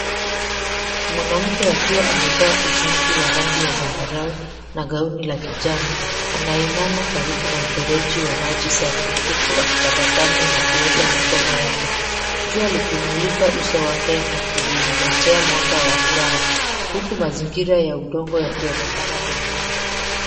Mwanamke akiwa amevaa ushungi wa rangi ya zambarau na ya kijani, anainama karibu na mfereji wa maji safi huku akitabasamu na kuosha mikono yake. Jua ukimulika uso wake na kumletea mwangaza ya furaha, huku mazingira ya udongo yakionekana pembeni.